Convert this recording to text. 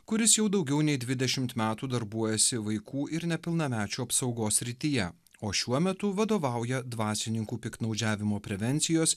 kuris jau daugiau nei dvidešimt metų darbuojasi vaikų ir nepilnamečių apsaugos srityje o šiuo metu vadovauja dvasininkų piktnaudžiavimo prevencijos